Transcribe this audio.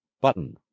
button